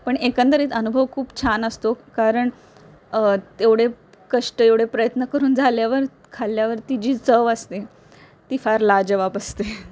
पण एकंदरीत अनुभव खूप छान असतो कारण तेवढे कष्ट एवढे प्रयत्न करून झाल्यावर खाल्ल्यावरती जी चव असते ती फार लाजवाब असते